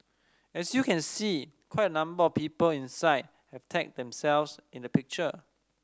as you can see quite a number of people inside have tagged themselves in the picture